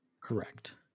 Correct